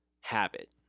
habit